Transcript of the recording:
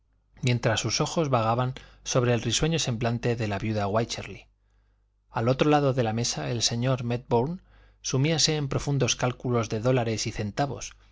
mientras sus ojos vagaban sobre el risueño semblante de la viuda wycherly al otro lado de la mesa el señor médbourne sumíase en profundos cálculos de dólares y centavos